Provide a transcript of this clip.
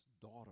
daughter